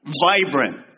Vibrant